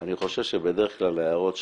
אני חושב שבדרך כלל ההערות שלך,